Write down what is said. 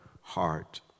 heart